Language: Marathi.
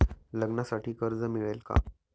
लग्नासाठी कर्ज मिळेल का?